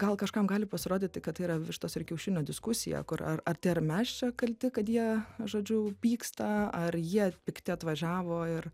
gal kažkam gali pasirodyti kad tai yra vištos ir kiaušinio diskusija kur ar ar tai ar mes čia kalti kad jie žodžiu pyksta ar jie pikti atvažiavo ir